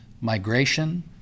migration